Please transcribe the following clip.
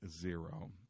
zero